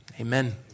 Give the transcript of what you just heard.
amen